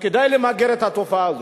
כדי למגר את התופעה הזו.